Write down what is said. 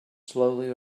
slowly